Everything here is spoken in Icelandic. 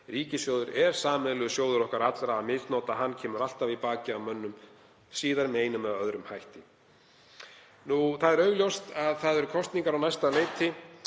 Ríkissjóður er sameiginlegur sjóður okkar allra. Að misnota hann kemur alltaf í bakið á mönnum síðar með einum eða öðrum hætti. Það er augljóst að kosningar eru á næsta leiti